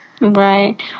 Right